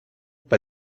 bei